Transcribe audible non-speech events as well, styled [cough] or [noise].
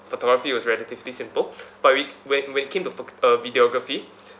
photography was relatively simple [breath] but wi~ when when it came to pho~ uh videography